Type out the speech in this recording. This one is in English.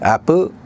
Apple